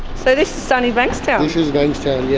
so this sunny bankstown? this is bankstown, yeah.